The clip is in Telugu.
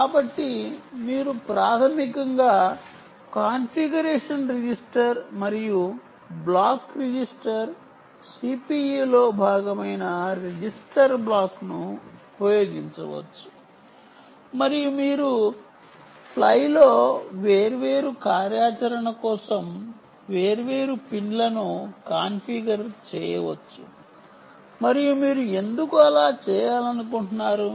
కాబట్టి మీరు ప్రాథమికంగా కాన్ఫిగరేషన్ రిజిస్టర్ మరియు బ్లాక్ రిజిస్టర్ సిపియు లో భాగమైన రిజిస్టర్ బ్లాక్ను ఉపయోగించవచ్చు మరియు మీరు ఫ్లైలో వేర్వేరు కార్యాచరణ కోసం వేర్వేరు పిన్లను కాన్ఫిగర్ చేయవచ్చు మరియు మీరు ఎందుకు అలా చేయాలనుకుంటున్నారు